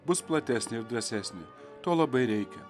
bus platesnė ir drąsesnė to labai reikia